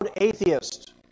atheist